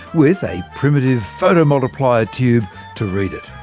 with a primitive photomultiplier tube to read it.